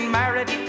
married